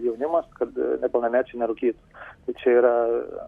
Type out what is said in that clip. jaunimas kad nepilnamečiai nerūkytų tai čia yra